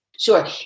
Sure